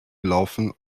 gelaufen